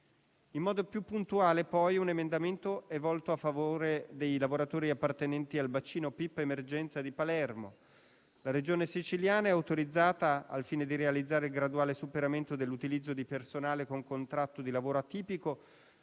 In modo più puntuale, poi, un emendamento è volto a favore dei lavoratori appartenenti al bacino Pip, cosiddetto Emergenza Palermo. La Regione Siciliana è autorizzata, al fine di realizzare il graduale superamento dell'utilizzo di personale con contratto di lavoro atipico,